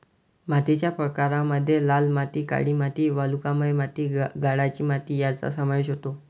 मातीच्या प्रकारांमध्ये लाल माती, काळी माती, वालुकामय माती, गाळाची माती यांचा समावेश होतो